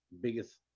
biggest